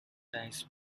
dice